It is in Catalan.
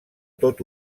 tot